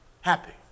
Happy